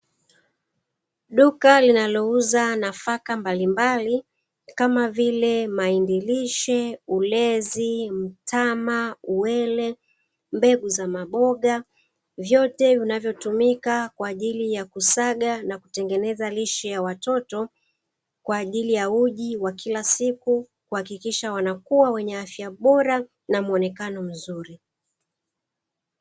Duka linalouza nafaka mbalimbali, kamavile: mahindi lishe, ulezi, mtama, uwele, mbegu za maboga; vyote vinavyotumika kwa ajili ya kusaga na kutengeneza lishe ya watoto, kwa ajili ya uji wa kila siku, na kuhakikisha wanakua, weye afya bora, na muonekano mzuri.